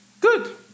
good